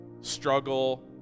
struggle